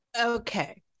okay